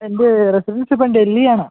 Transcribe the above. എൻ്റെ റെസിഡൻസ് ഇപ്പോൾ ഡൽഹി ആണ്